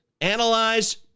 analyze